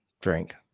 drink